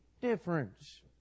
difference